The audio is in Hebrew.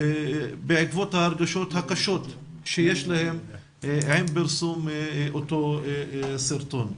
בעקבות ההרגשות הקשות שיש להם עם פרסום אותו סרטון.